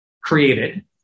created